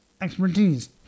expertise